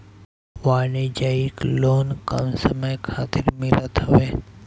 वाणिज्यिक लोन कम समय खातिर मिलत हवे